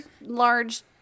large